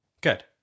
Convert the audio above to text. Good